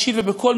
הם הגיעו כי יום